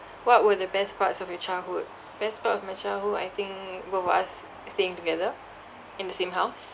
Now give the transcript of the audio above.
what were the best parts of your childhood best part of my childhood I think both of us staying together in the same house